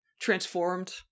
transformed